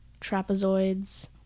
trapezoids